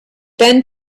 been